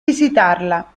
visitarla